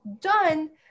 done